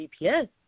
GPS